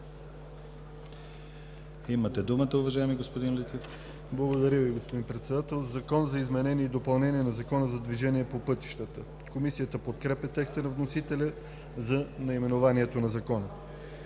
Имате думата, уважаеми господин Летифов. ДОКЛАДЧИК ХАЛИЛ ЛЕТИФОВ: Благодаря Ви, господин Председател. „Закон за изменение и допълнение на Закона за движение по пътищата.“ Комисията подкрепя текста на вносителя за наименованието на Закона.